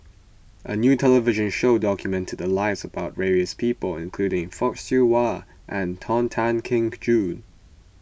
a new television show documented the lives of various people including Fock Siew Wah and Tony Tan Keng Joo